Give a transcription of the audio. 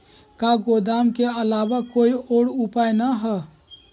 का गोदाम के आलावा कोई और उपाय न ह?